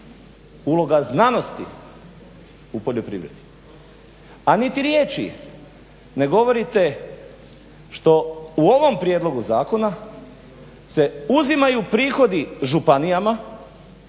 uloga znanosti u poljoprivredi, a niti riječi ne govorite što u ovom prijedlogu zakona se uzimaju prihodi županijama